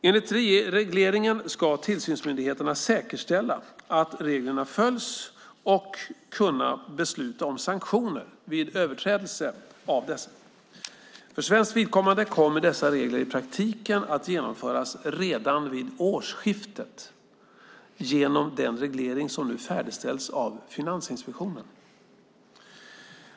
Enligt regleringen ska tillsynsmyndigheterna säkerställa att reglerna följs och kunna besluta om sanktioner vid överträdelse av dessa. För svenskt vidkommande kommer dessa regler i praktiken att genomföras redan vid årsskiftet genom den reglering som nu färdigställs av Finansinspektionen.